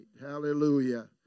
Hallelujah